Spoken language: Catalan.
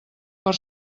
per